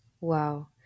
Wow